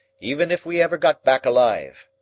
even if we ever got back alive.